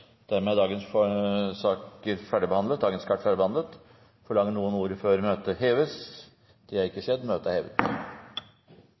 Dermed er dagens kart ferdigbehandlet. Forlanger noen ordet før møtet heves? – Møtet er